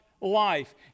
life